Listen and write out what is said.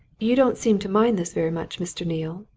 you don't seem to mind this very much, mr. neale,